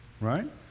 right